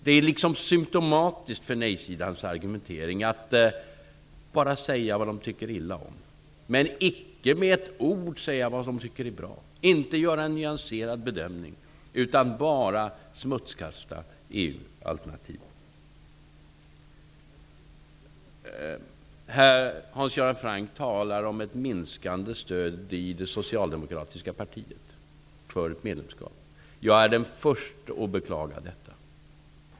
Det är symtomatiskt för nej-sidans argumentering att bara säga vad de tycker illa om och icke med ett ord säga vad de tycker är bra. De gör inte en nyanserad bedömning, utan smutskastar bara EU Hans Göran Franck talar om ett minskande stöd i det socialdemokratiska partiet för ett medlemskap. Jag är den förste att beklaga detta.